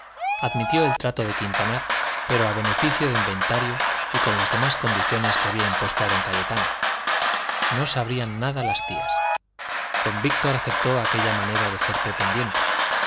admitió el trato de quintanar pero a beneficio de inventario y con las demás condiciones que había impuesto a don cayetano no sabrían nada las tías don víctor aceptó aquella manera de ser pretendiente